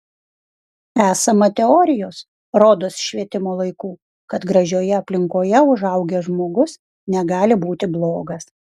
esama teorijos rodos švietimo laikų kad gražioje aplinkoje užaugęs žmogus negali būti blogas